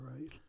right